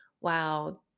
wow